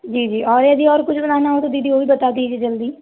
जी जी और यदि और कुछ बनाना हो तो दीदी वह भी बता दीजिए जल्दी